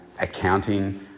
accounting